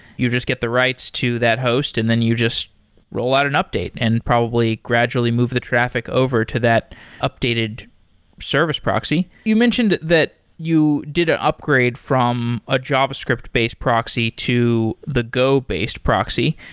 you just get the writes to that host and then you just rollout an update and probably gradually move the traffic over to that updated service proxy. you mentioned that you did an upgrade from a javascript-based proxy to the go-based proxy.